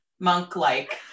monk-like